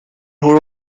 role